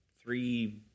three